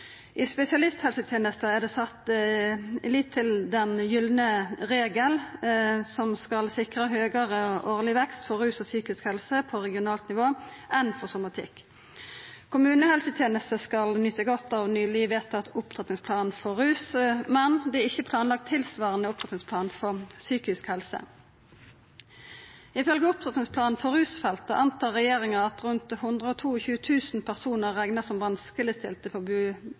I spesialisthelsetenesta er det sett lit til den gylne regel, som skal sikra høgare årleg vekst for rus- og psykisk helsebehandling på regionalt nivå enn for somatikk. Kommunehelsetenesta skal nyta godt av nyleg vedteken opptrappingsplan for rus, men det er ikkje planlagt ein tilsvarande opptrappingsplan for psykisk helse. Ifølgje Opptrappingsplanen for rusfeltet antek regjeringa at rundt 122 000 personar kan reknast som